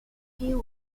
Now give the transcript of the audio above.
she